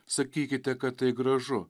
sakykite kad tai gražu